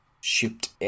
shipped